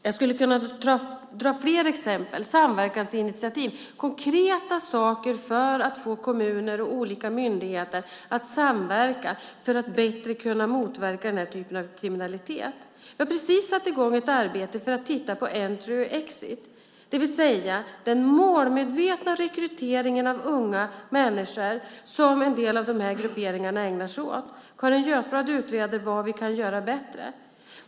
Jag skulle kunna ge fler exempel, som samverkansinitiativ, konkreta saker för att få kommuner och olika myndigheter att samverka för att bättre kunna motverka den här typen av kriminalitet. Vi har precis satt i gång ett arbete för att titta på entry, det vill säga den målmedvetna rekryteringen av unga människor som en del av de här grupperingarna ägnar sig åt. Carin Götblad utreder vad vi kan göra bättre.